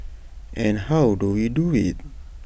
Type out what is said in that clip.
and how do we do IT